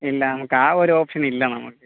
ഇല്ല നമുക്ക് ആ ഒരു ഓപ്ഷനില്ല മേം നമുക്ക്